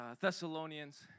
Thessalonians